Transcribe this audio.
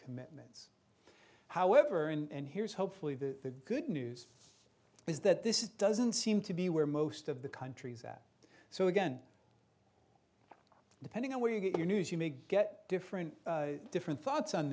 commitments however and here's hopefully the good news is that this is doesn't seem to be where most of the countries that so again depending on where you get your news you may get different different thoughts on